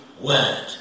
word